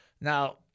Now